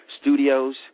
Studios